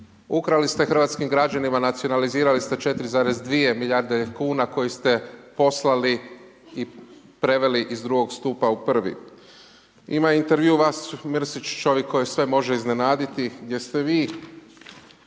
Ukrali ste hrvatskim građanima, nacionalizirali ste 4,2 milijarde kuna koje ste poslali i preveli iz drugog stupa u prvi. Ima intervju vas Mrsić, čovjek koji sve može iznenaditi gdje ste vi